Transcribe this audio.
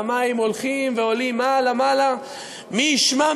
והמים הולכים ועולים מעלה מעלה מי ישמע,